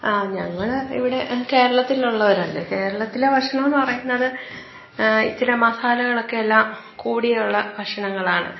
ആ ഞങ്ങൾ ഇവിടെ കേരളത്തിലുള്ളോരല്ലേ കേരളത്തിലെ ഭക്ഷണമെന്നു പറയുന്നത് ഇച്ചരെ മസാലകളൊക്കെ എല്ലാ കൂടിയുള്ള ഭക്ഷണങ്ങളാണ്